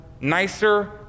nicer